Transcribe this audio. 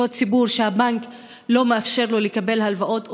אותו ציבור שהבנק לא מאפשר לו לקבל הלוואות,